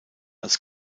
als